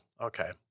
Okay